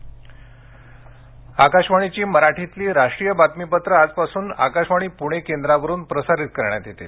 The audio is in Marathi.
उद्वोषणा आकाशवाणीची मराठीतली राष्ट्रीय बातमीपत्रं आजपासून आकाशवाणी पुणे केंद्रावरुन प्रसारित करण्यात येतील